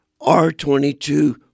R22